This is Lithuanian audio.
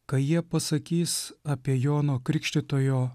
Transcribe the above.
ką jie pasakys apie jono krikštytojo